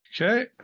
Okay